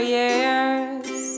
years